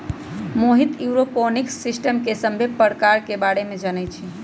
Mohit aeroponics system के सभ्भे परकार के बारे मे जानई छई